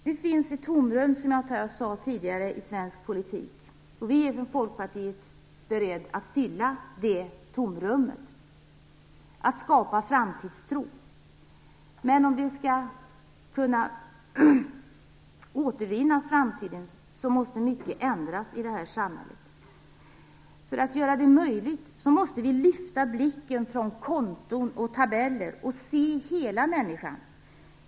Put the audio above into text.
Det finns ett tomrum i svensk politik. Vi i Folkpartiet är beredda att fylla det tomrummet och att skapa framtidstro. Men om vi skall kunna återvinna framtiden måste mycket ändras i samhället. För att göra detta möjligt måste vi lyfta blicken från konton och tabeller och se hela människan.